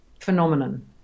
phenomenon